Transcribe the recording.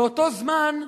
באותו זמן,